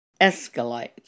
escalate